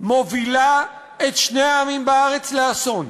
מובילה את שני העמים בארץ לאסון.